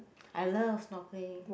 I love snorkeling